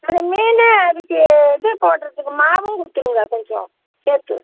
அது மீன் அதுக்கு இது போடுறதுக்கு மாவு கொடுத்துருங்க கொஞ்சம் சேர்த்து